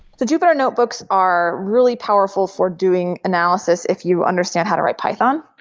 the jupyter notebooks are really powerful for doing analysis, if you understand how to write python,